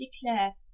declare